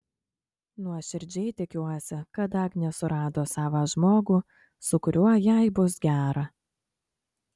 nuoširdžiai tikiuosi kad agnė surado savą žmogų su kuriuo jai bus gera